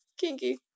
Kinky